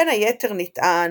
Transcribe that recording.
בין היתר, נטען